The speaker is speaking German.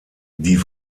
die